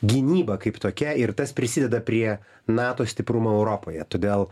gynyba kaip tokia ir tas prisideda prie nato stiprumo europoje todėl